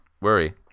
worry